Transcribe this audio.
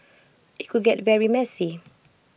IT could get very messy